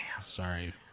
sorry